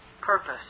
purpose